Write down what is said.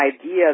idea